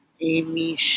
Amy